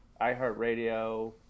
iHeartRadio